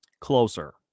closer